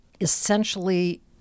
essentially